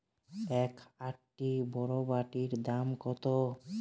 এক আঁটি বরবটির দাম কত?